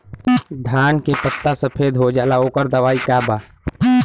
धान के पत्ता सफेद हो जाला ओकर दवाई का बा?